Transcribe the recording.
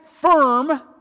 firm